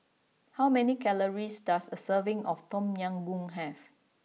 how many calories does a serving of Tom Yam Goong have